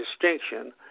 distinction